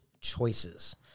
Choices